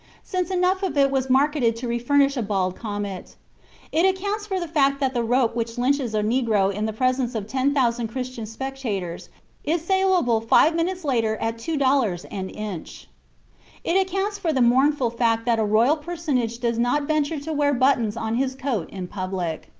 since enough of it was marketed to refurnish a bald comet it accounts for the fact that the rope which lynches a negro in the presence of ten thousand christian spectators is salable five minutes later at two dollars and inch it accounts for the mournful fact that a royal personage does not venture to wear buttons on his coat in public.